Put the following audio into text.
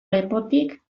lepotik